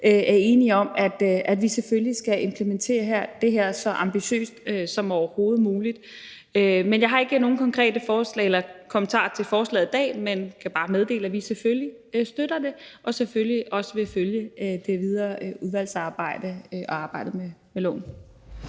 er enige om, at vi selvfølgelig skal have implementeret det her så ambitiøst som overhovedet muligt. Jeg har ikke nogen konkrete forslag eller kommentarer til forslaget i dag, men kan bare meddele, at vi selvfølgelig støtter det og selvfølgelig også vil følge det videre udvalgsarbejde og arbejdet med loven.